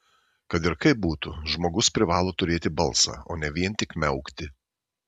kad ir kaip būtų žmogus privalo turėti balsą o ne vien tik miaukti